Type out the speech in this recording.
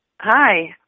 hi